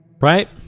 Right